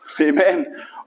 amen